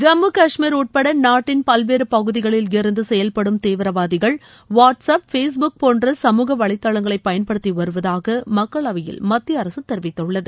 ஜம்மு கஷ்மீர் உட்பட நாட்டின் பல்வேறு பகுதிகளில் இருந்து செயல்படும் தீவிரவாதிகள் வாட்ஸ் ஆப் ஃபேஸ்புக் போன்ற சமூக வலைதளங்களை பயன்படுத்தி வருவதாக மக்களவையில் மத்திய அரசு தெரிவித்துள்ளது